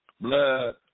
Blood